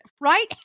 right